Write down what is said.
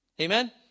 Amen